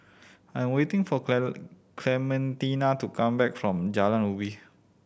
I am waiting for Clementina to come back from Jalan Ubi